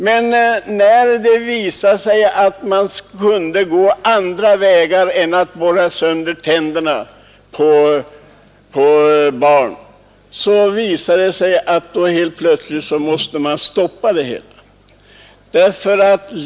Men när det visade sig att man kunde gå andra vägar än att borra sönder tänderna på barn, stoppade man plötsligt det hela.